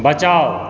बचाउ